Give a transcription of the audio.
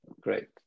Great